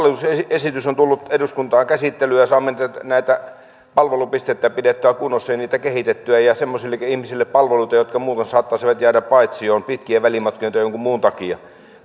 esitys on tullut eduskuntaan käsittelyyn ja saamme näitä palvelupisteitä pidettyä kunnossa ja niitä kehitettyä ja semmoisillekin ihmisille palveluita jotka muutoin saattaisivat jäädä paitsioon pitkien välimatkojen tai jonkun muun takia